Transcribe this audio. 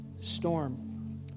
storm